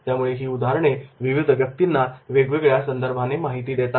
त्यामुळे ही उदाहरणे विविध व्यक्तींना वेगवेगळ्या संदर्भाने माहिती देतात